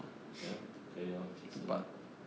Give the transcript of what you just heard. ya 可以 orh 去吃 lor